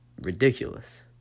ridiculous